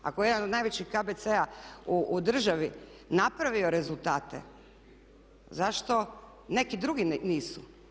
Ako je jedan od najvećih KBC-a u državi napravio rezultate zašto neki drugi nisu?